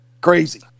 crazy